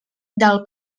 del